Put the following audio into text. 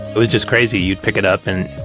it was just crazy. you'd pick it up and